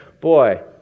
Boy